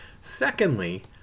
Secondly